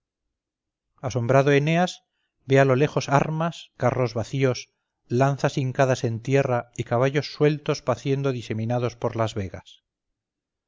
asombrado eneas ve a lo lejos armas carros vacíos lanzas hincadas en tierra y caballos sueltos paciendo diseminados por las vegas